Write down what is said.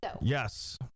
Yes